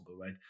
right